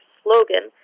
slogan